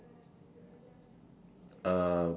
uh